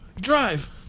Drive